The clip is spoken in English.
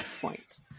point